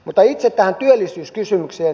mutta itse tähän työllisyyskysymykseen